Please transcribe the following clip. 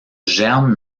germe